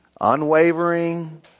Unwavering